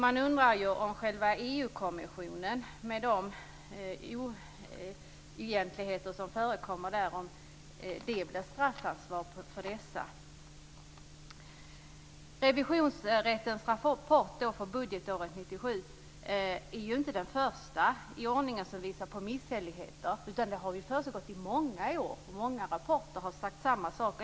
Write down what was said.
Man undrar hur det står till med själva EU kommissionen med de oegentligheter som förekommit där och om den bestraffas för dessa. Revisionsrättens rapport för budgetåret 1997 är inte den första i ordningen som visar på misshälligheter. Det har försiggått i många år, och många rapporter har sagt samma sak.